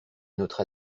notre